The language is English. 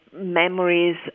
memories